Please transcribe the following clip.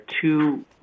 two